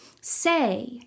say